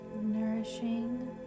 nourishing